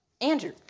Andrew